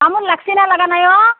তামোল লাগিছেনে লগা নাই অ